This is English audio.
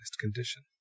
condition